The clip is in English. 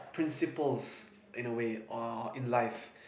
principles in a way or in life